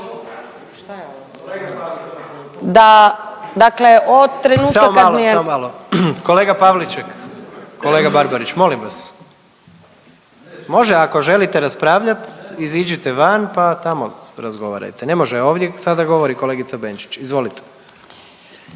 je… **Jandroković, Gordan (HDZ)** Kolega Pavliček, kolega Barbarić, molim vas. Može, ako želite raspravljati, iziđite van pa tamo razgovarajte, ne može ovdje, sada govori kolegica Benčić, izvolite.